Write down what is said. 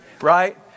right